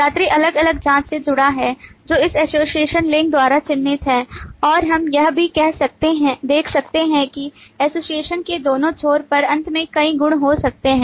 यात्री अलग अलग जाँच से जुड़ा है जो इस एसोसिएशन लिंक द्वारा चिह्नित है और हम यह भी देख सकते हैं कि एसोसिएशन के दोनों छोर पर अंत में कई गुण हो सकते हैं